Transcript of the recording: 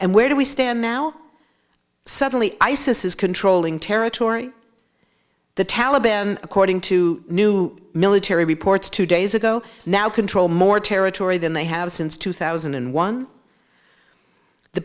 and where do we stand now suddenly isis is controlling territory the taliban according to new military reports two days ago now control more territory than they have since two thousand and one the